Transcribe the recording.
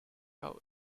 out